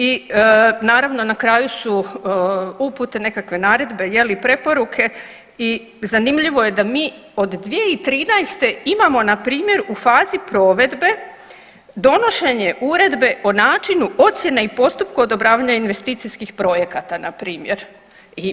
I naravno na kraju su upute, nekakve naredbe je li preporuke i zanimljivo je da mi od 2013. imamo na primjer u fazi provedbe donošenje uredbe o načinu ocjena i postupku odobravanja investicijskih projekata na primjer.